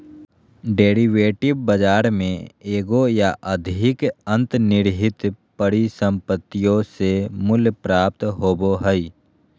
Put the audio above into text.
derivative बाजार में एगो या अधिक अंतर्निहित परिसंपत्तियों से मूल्य प्राप्त होबो हइ